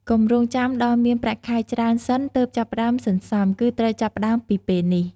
កុំរង់ចាំដល់មានប្រាក់ខែច្រើនសិនទើបចាប់ផ្ដើមសន្សំ គឺត្រូវចាប់ផ្ដើមពីពេលនេះ។